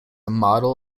model